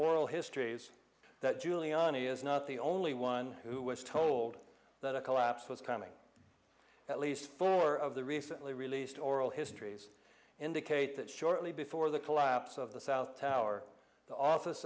oral histories that giuliani is not the only one who was told that a collapse was coming at least four of the recently released oral histories indicate that shortly before the collapse of the south tower the office